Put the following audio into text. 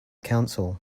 council